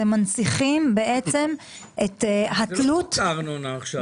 אתם מנציחים את התלות --- מה קשור הארנונה עכשיו?